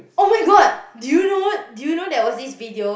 [oh]-my-god do you know do you know that what this video